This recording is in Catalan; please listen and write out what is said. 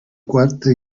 quarta